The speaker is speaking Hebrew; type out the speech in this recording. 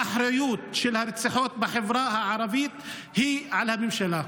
האחריות לרציחות בחברה הערבית היא של הממשלה.